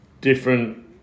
different